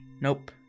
Nope